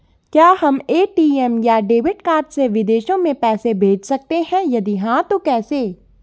क्या हम ए.टी.एम या डेबिट कार्ड से विदेशों में पैसे भेज सकते हैं यदि हाँ तो कैसे?